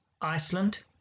Iceland